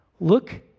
Look